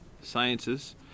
sciences